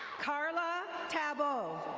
carla tabo.